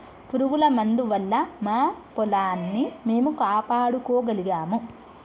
పురుగుల మందు వల్ల మా పొలాన్ని మేము కాపాడుకోగలిగాము